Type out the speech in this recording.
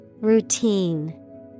Routine